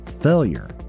failure